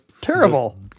terrible